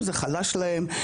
אם זה חלש להם,